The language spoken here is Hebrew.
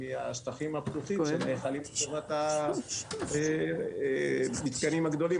מהשטחים הפתוחים שנאכלים לטובת המתקנים הגדולים,